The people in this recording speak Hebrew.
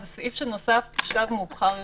זה סעיף שנוסף בשלב מאוחר יותר,